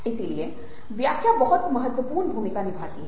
इसलिए व्याख्या बहुत महत्वपूर्ण भूमिका निभाती है